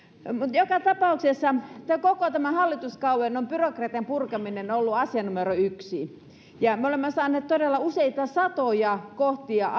joka tapauksessa koko tämän hallituskauden on byrokratian purkaminen ollut asia numero yksi ja me olemme todella saaneet useita satoja kohtia